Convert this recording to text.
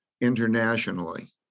internationally